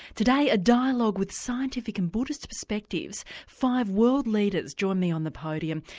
today a dialogue with scientific and buddhist perspectives. five world leaders join me on the podium.